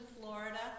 Florida